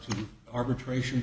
to arbitration